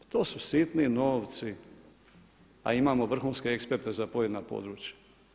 Pa to su sitni novci a imamo vrhunske eksperte za pojedina područja.